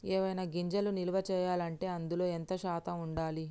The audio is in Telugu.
ఏవైనా గింజలు నిల్వ చేయాలంటే అందులో ఎంత శాతం ఉండాలి?